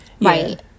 right